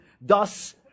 Thus